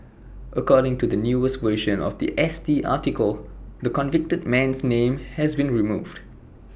according to the newest version of The S T article the convicted man's name has been removed